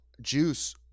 juice